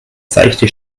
seichte